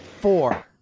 four